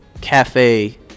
cafe